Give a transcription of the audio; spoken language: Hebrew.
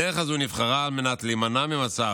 הדרך הזו נבחרה על מנת להימנע ממצב